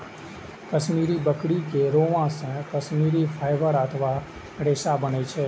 कश्मीरी बकरी के रोआं से कश्मीरी फाइबर अथवा रेशा बनै छै